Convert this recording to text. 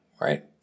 right